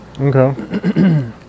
Okay